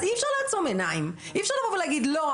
אז אי אפשר לעצום עיניים ואי אפשר לבוא ולהגיד "..לא,